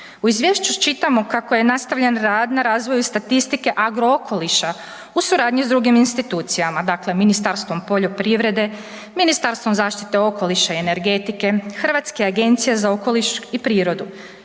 U izvješću čitamo kako je nastavljen rad na razvoju statistike Agrookoliša u suradnji s drugim institucijama, dakle Ministarstvom poljoprivrede, Ministarstvom zaštite okoliša i energetike, Hrvatske agencije za okoliš i prirodu.